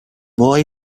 boy